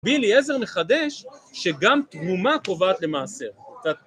רבי אליעזר מחדש, שגם תרומה קובעת למעשר